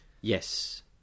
Yes